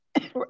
Right